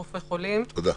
תודה.